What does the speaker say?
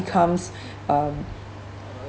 comes um